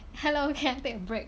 hello can I take a break